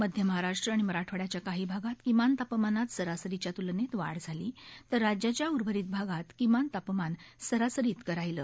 मध्य महाराष्ट्र आणि मराठवाइयाच्या काही भागात किमान तापमानात सरासरीच्या त्लनेत वाढ झाली तर राज्याच्या उर्वरित भागात किमान तापमान सरासरी इतक राहिलं